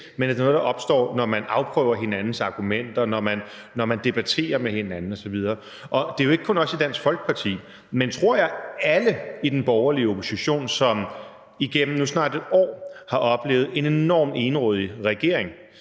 men at det er noget, der opstår, når man afprøver hinandens argumenter, når man debatterer med hinanden osv. Det er jo ikke kun os i Dansk Folkeparti, men, tror jeg, alle i den borgerlige opposition, som igennem nu snart et år har oplevet en enorm egenrådig regering,